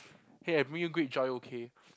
hey I bring you great joy okay